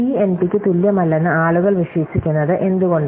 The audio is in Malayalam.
പി എൻപിയ്ക്ക് തുല്യമല്ലെന്ന് ആളുകൾ വിശ്വസിക്കുന്നത് എന്തുകൊണ്ട്